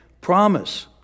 promise